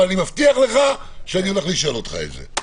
אבל אני מבטיח לך שאני הולך לשאול אותך את זה.